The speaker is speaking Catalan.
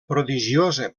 prodigiosa